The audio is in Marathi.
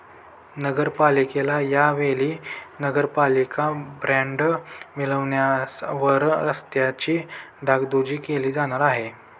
नगरपालिकेला या वेळी नगरपालिका बॉंड मिळाल्यावर रस्त्यांची डागडुजी केली जाणार आहे